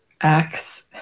acts